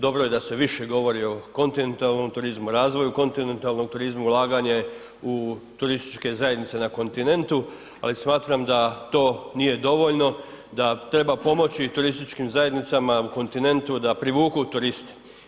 Dobro je da se više govori o kontinentalnom turizmu, razvoju kontinentalnog turizma, ulaganje u turističke zajednice na kontinentu, ali smatram da to nije dovoljno, da treba pomoći i turističkim zajednicama u kontinentu da privuku turiste.